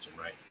right